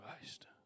Christ